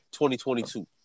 2022